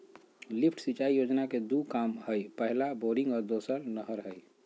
lift सिंचाई योजना के दू काम हइ पहला बोरिंग और दोसर नहर हइ